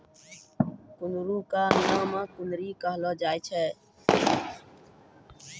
कुंदरू कॅ अंगिका मॅ कुनरी कहलो जाय छै